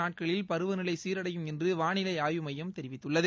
நாட்களில் பருவநிலை சீரடையும் என்று வானிலை அடுக்க நான்கு ஆய்வு மையம் தெரிவித்துள்ளது